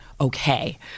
okay